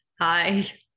hi